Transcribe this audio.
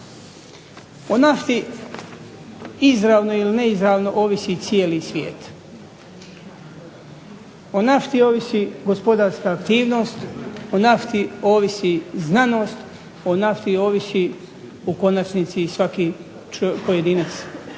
O nafti izravno ili neizravno ovisi cijeli svijet, o nafti ovisi gospodarska aktivnost, o nafti ovisi znanost, o nafti ovisi u konačnici i svaki pojedinac